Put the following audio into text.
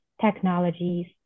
technologies